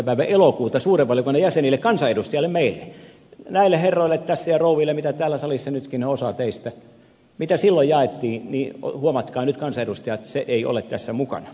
päivä elokuuta suuren valiokunnan jäsenille kansanedustajille meille näille herroille tässä ja rouville mitä täällä salissa nytkin on osa teistä jaettiin huomatkaa nyt kansanedustajat ei ole tässä mukana